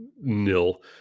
nil